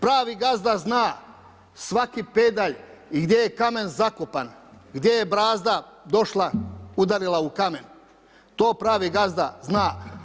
Pravi gazda zna svaki pedalj i gdje je kamen zakopan, gdje je brazda došla, udarila u kamen, to pravi gazda zna.